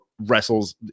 wrestles